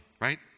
right